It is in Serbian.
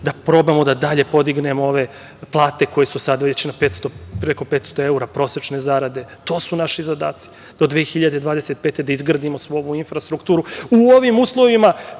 da probamo da dalje podignemo ove plate koje su sad već na preko 500 evra prosečne zarade. To su naši zadaci, do 2025. godine da izgradimo svu ovu infrastrukturu. U ovim uslovima